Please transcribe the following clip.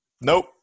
Nope